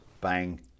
Bang